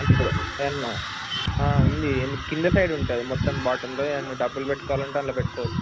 అంటే ఇప్పుడు ఉంది కింద సైడ్ ఉంటుంది మొత్తం బాటమ్లో ఏవన్నా డబ్బులు పెట్టుకోవాలంటే అందులో పెట్టుకోవచ్చు